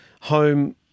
home